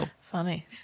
Funny